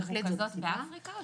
64 המדינות מרוכזות באפריקה?